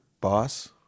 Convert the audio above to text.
boss